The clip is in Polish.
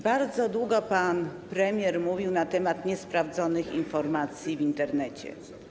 Bardzo długo pan premier mówił na temat niesprawdzonych informacji w Internecie.